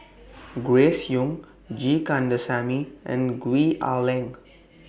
Grace Young G Kandasamy and Gwee Ah Leng